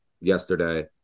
yesterday